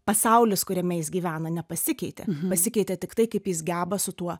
pasaulis kuriame jis gyvena nepasikeitė pasikeitė tiktai kaip jis geba su tuo